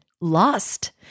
lost